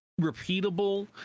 repeatable